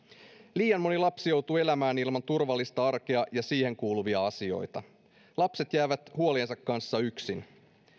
liian moni lapsi joutuu elämään ilman turvallista arkea ja siihen kuuluvia asioita lapset jäävät huoliensa kanssa yksin